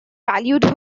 valued